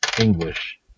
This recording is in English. English